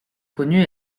connu